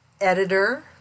Editor